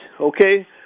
okay